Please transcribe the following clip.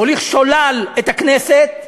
מוליך שולל את הכנסת,